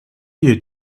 you